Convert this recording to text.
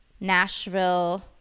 Nashville